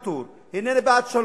היא איננה בעד ויתור,